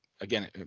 again